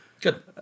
Good